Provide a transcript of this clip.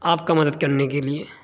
آپ کا مدد کرنے کے لیے